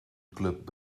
club